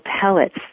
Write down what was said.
pellets